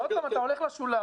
עוד פעם אתה הולך לשוליים.